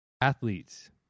Athletes